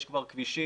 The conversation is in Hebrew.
יש כבר כבישים,